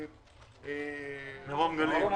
גם בזה יש היבטים של ניהול קהל.